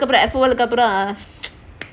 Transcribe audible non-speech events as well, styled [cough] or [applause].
சொன்னதுக்கு அப்புறம்:sonnathuku appuram [noise]